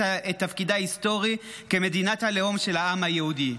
תפקידה ההיסטורי כמדינת הלאום של העם היהודי.